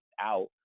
out